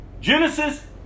Genesis